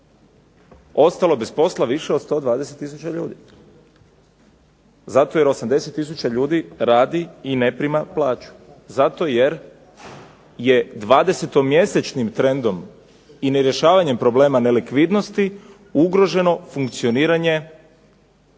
ostalo bez posla više od 120000 ljudi. Zato jer 80000 ljudi radi i ne prima plaću. Zato jer je dvadesetomjesečnim trendom i nerješavanjem problema nelikvidnosti ugroženo funkcioniranje